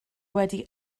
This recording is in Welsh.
wedi